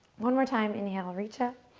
one more time inhale reach up.